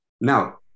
now